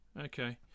Okay